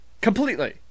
Completely